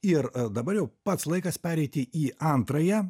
ir dabar jau pats laikas pereiti į antrąją